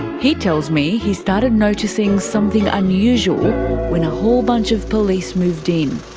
he tells me he started noticing something unusual when a whole bunch of police moved in.